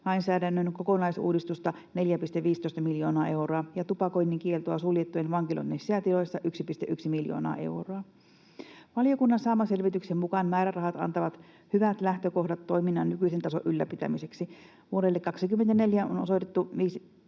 seksuaalirikoslainsäädännön kokonaisuudistusta, 4,15 miljoonaa euroa, ja tupakoinnin kieltoa suljettujen vankiloiden sisätiloissa, 1,1 miljoonaa euroa. Valiokunnan saaman selvityksen mukaan määrärahat antavat hyvät lähtökohdat toiminnan nykyisen tason ylläpitämiseksi. Vuodelle 24 osoitettu